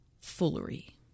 foolery